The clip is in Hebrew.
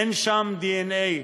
אין שם דנ"א,